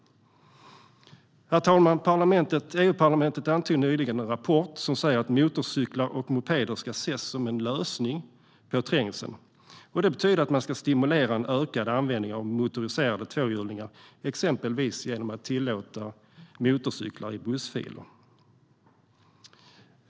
Herr talman! EU-parlamentet antog nyligen en rapport som säger att motorcyklar och mopeder ska ses som en lösning på trängseln. Det betyder att man ska stimulera en ökad användning av motoriserade tvåhjulingar, exempelvis genom att tillåta motorcyklar i bussfiler.